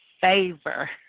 favor